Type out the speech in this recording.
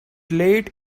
late